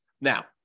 Now